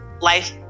life